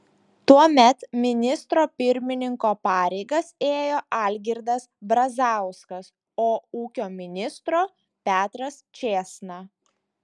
tuomet ministro pirmininko pareigas ėjo algirdas brazauskas o ūkio ministro petras čėsna